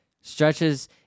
stretches